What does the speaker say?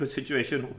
situation